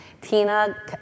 Tina